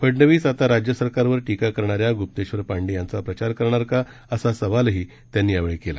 फडणवीस आता राज्य सरकारवर टीका करणाऱ्या गुप्तेश्वर पांडे यांचा प्रचार करणार का असा सवालही त्यांनी यावेळी केला